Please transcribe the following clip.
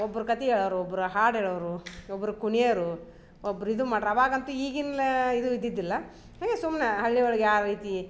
ಒಬ್ರ ಕತೆ ಹೇಳವರು ಒಬ್ರು ಹಾಡು ಹೇಳವ್ರು ಒಬ್ಬರು ಕುಣಿಯರು ಒಬ್ರ ಇದು ಮಾಡ್ರ ಅವಾಗಂತು ಈಗಿನ್ನ ಇದು ಇದ್ದಿದ್ದಿಲ್ಲ ಹಾಗೆ ಸುಮ್ನ ಹಳ್ಳಿ ಒಳಗೆ ಯಾವ ರೀತಿ